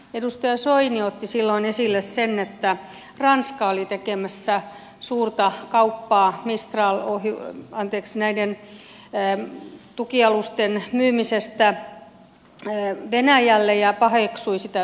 edustaja soini otti silloin esille sen että ranska oli tekemässä suurta kauppaa näiden tukialusten myymisestä venäjälle ja paheksui sitä suuresti